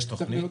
יש תוכנית?